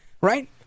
Right